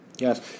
Yes